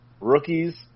rookies